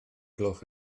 gloch